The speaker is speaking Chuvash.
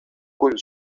кун